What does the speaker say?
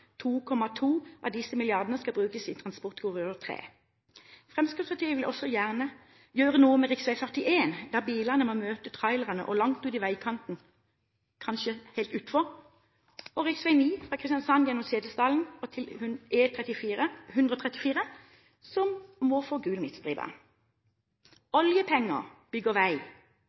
2,2 av disse milliardene skal brukes i transportkorridor 3. Fremskrittspartiet vil også gjerne gjøre noe med rv. 41, der biler som møter trailere, må langt ut i veikanten, kanskje helt utenfor veien, og rv. 9 fra Kristiansand gjennom Setesdalen til E134, som må få gul midtstripe. Oljepenger bygger vei.